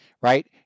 right